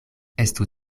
estu